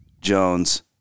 Jones